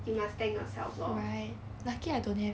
you must tank yourself lor